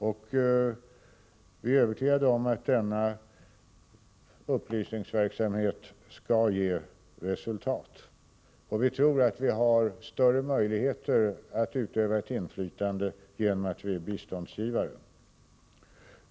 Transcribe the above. Vi är övertygade om att denna upplysningsverksamhet skall ge resultat. Vi tror också att vi genom att vi är biståndsgivare har större möjligheter att utöva ett inflytande.